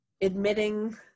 admitting